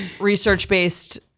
research-based